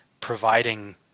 providing